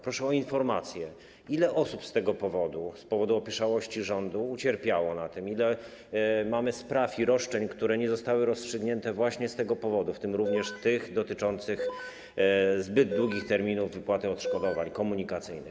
Proszę o informację, ile osób z tego powodu, z powodu opieszałości rządu, na tym ucierpiało, ile mamy spraw i roszczeń, które nie zostały rozstrzygnięte właśnie z tego powodu, w tym również tych dotyczących zbyt długich terminów wypłaty odszkodowań komunikacyjnych.